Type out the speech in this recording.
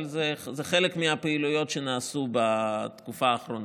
אבל אלו חלק מהפעילויות שנעשו בתקופה האחרונה.